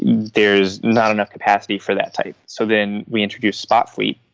there is not enough capacity for that type. so then we introduce spot fleet.